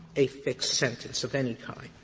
a fixed sentence of any kind?